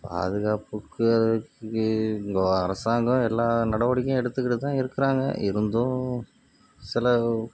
பாதுகாப்புக்கு அதுக்கு இங்கே அரசாங்கம் எல்லா நடவடிக்கையும் எடுத்துக்கிட்டு தான் இருக்கிறாங்க இருந்தும் சில